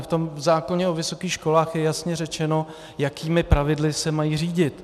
V zákoně o vysokých školách je jasně řečeno, jakými pravidly se mají řídit.